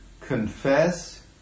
confess